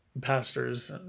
pastors